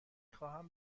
خواهم